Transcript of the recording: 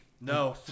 No